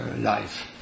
life